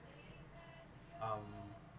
um